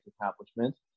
accomplishments